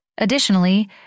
Additionally